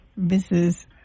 Mrs